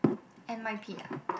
N_Y_P ah